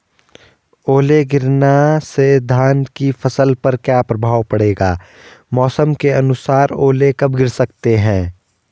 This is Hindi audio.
ओले गिरना से धान की फसल पर क्या प्रभाव पड़ेगा मौसम के अनुसार ओले कब गिर सकते हैं?